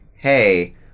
hey